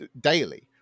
daily